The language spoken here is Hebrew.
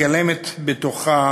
היא מגלמת בתוכה